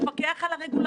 לכן זה מצער אותי.